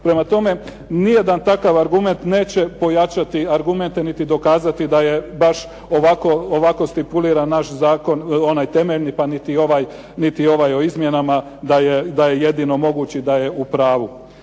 Prema tome, nijedan takav argument neće pojačati argumente niti dokazati da je baš ovako stipuliran naš zakon, onaj temeljni pa niti ovaj o izmjenama, da je jedino mogući, da je u pravu.